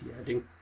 adding